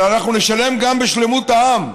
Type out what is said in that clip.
אבל אנחנו נשלם גם בשלמות העם,